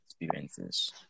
Experiences